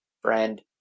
friend